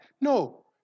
No